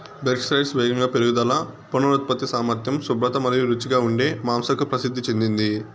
Berkshires వేగంగా పెరుగుదల, పునరుత్పత్తి సామర్థ్యం, శుభ్రత మరియు రుచిగా ఉండే మాంసంకు ప్రసిద్ధి చెందింది